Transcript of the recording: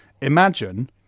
imagine